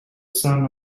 son